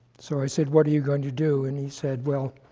so i said, what are you going to do? and he said, well,